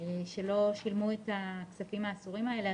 שלו שילמו את הכספים האסורים האלה,